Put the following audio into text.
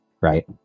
right